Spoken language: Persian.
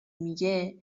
میگه